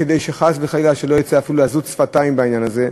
כדי שחס וחלילה לא תהיה לזות שפתיים בעניין הזה.